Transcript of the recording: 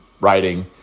writing